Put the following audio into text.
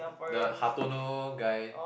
the Hartono guy